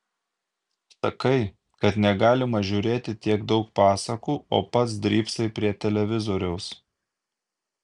sakai kad negalima žiūrėti tiek daug pasakų o pats drybsai prie televizoriaus